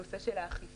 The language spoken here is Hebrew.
הנושא של האכיפה,